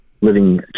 living